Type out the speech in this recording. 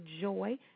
Joy